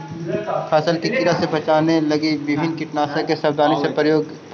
फसल के कीड़ा से बचावे लगी विभिन्न कीटनाशक के सावधानी से प्रयोग कैल जा हइ